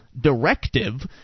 Directive